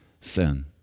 sin